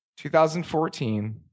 2014